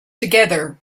together